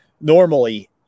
Normally